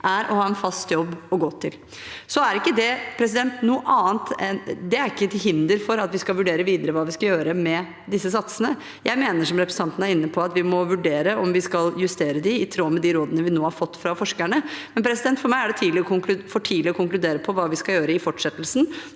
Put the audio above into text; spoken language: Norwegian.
er å ha en fast jobb å gå til. Det er ikke til hinder for at vi skal vurdere videre hva vi skal gjøre med disse satsene. Jeg mener, som representanten er inne på, at vi må vurdere om vi skal justere dem i tråd med de rådene vi nå har fått fra forskerne, men for meg er det for tidlig å konkludere om hva vi skal gjøre i fortsettelsen.